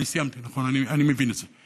אני סיימתי, אני מבין את זה.